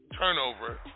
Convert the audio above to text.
turnover